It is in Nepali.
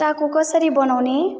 टाँगो कसरी बनाउने